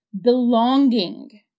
Belonging